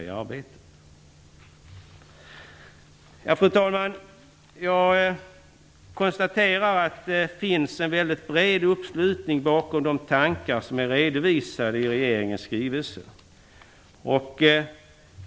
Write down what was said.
Fru talman! Jag konstaterar att det finns en mycket bred uppslutning bakom de tankar som är redovisade i regeringens skrivelse.